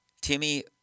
Timmy